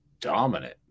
dominant